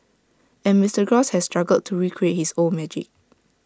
and Mister gross has struggled to recreate his old magic